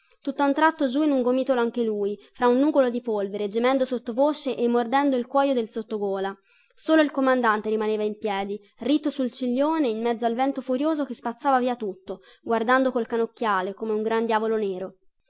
tratto giù in un gomitolo anche lui fra un nugolo di polvere gemendo sottovoce e mordendo il cuoio del sottogola solo il comandante rimaneva in piedi ritto sul ciglione in mezzo al vento furioso che spazzava via tutto guardando col cannocchiale come un gran diavolo nero